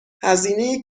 هزینه